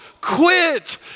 quit